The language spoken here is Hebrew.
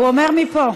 הוא אומר מפה.